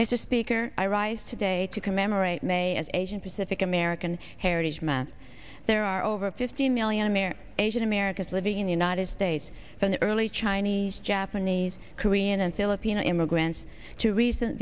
mr speaker i rise today to commemorate may as asian pacific american heritage met there are over fifty million americans asian americans living in the united states from the early chinese japanese korean and filipino immigrants to decent